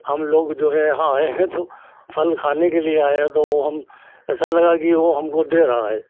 कि हम लोग जो है यहाँ आए हैं तो फल खाने के लिए आएँ हैं तो हम ऐसा लगा कि वह हमको दे रहा है